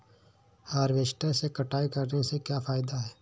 Harvester से कटाई करने से क्या फायदा है?